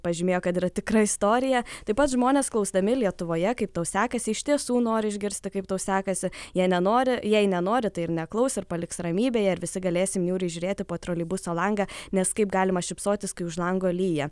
pažymėjo kad yra tikra istorija taip pat žmonės klausdami lietuvoje kaip tau sekasi iš tiesų nori išgirsti kaip tau sekasi jei nenori jei nenori tai ir neklaus ir paliks ramybėje ir visi galėsim niūriai žiūrėti po troleibuso langą nes kaip galima šypsotis kai už lango lyja